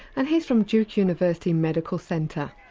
and he's from duke university medical centre.